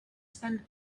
spend